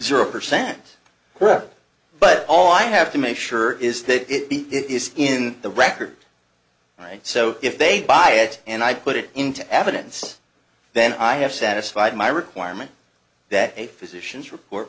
zero percent correct but all i have to make sure is that it is in the record right so if they buy it and i put it into evidence then i have satisfied my requirement that a physicians report